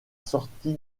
sortie